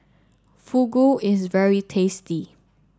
Fugu is very tasty